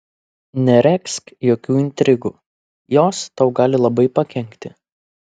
neregzk jokių intrigų jos tau gali labai pakenkti